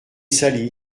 sali